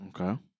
Okay